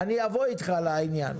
אני אבוא אתך לעניין.